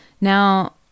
Now